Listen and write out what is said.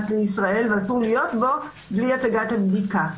לישראל ואסור להיות בו בלי הצגת הבדיקה.